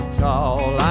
tall